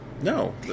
No